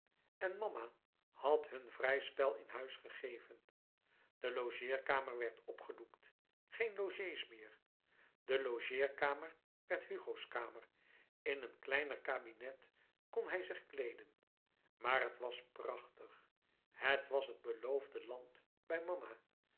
en mama had hun vrij spel in huis gegeven de logeerkamer werd opgedoekt geen logé's meer de logeerkamer werd hugo's kamer in een kleiner kabinet kon hij zich kleeden maar het was prachtig het was het beloofde land bij mama